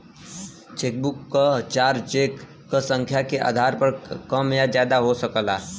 chequebook क charge cheque क संख्या के आधार पर कम या ज्यादा हो सकला